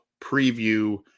preview